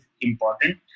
important